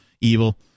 evil